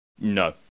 no